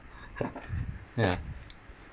ya